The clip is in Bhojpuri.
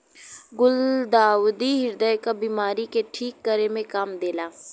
गुलदाउदी ह्रदय क बिमारी के ठीक करे में काम देला